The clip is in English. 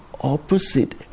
opposite